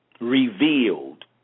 revealed